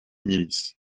milices